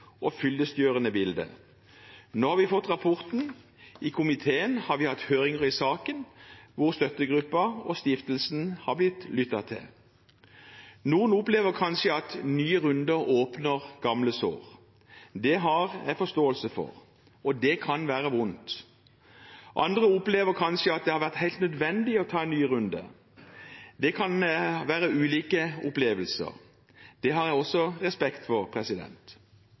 og fyllestgjørende bilde. Nå har vi fått rapporten. I komiteen har vi hatt høringer i saken, hvor Støttegruppen og stiftelsen har blitt lyttet til. Noen opplever kanskje at nye runder åpner gamle sår. Det har jeg forståelse for. Det kan være vondt. Andre opplever kanskje at det har vært helt nødvendig å ta en ny runde. Det kan være ulike opplevelser. Det har jeg også respekt for.